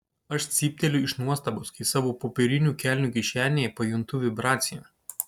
aš cypteliu iš nuostabos kai savo popierinių kelnių kišenėje pajuntu vibraciją